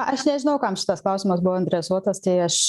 aš nežinau kam šitas klausimas buvo adresuotas tai aš